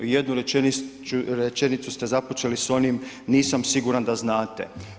Jedinu rečenicu ste započeli s onim, nisam siguran da znate.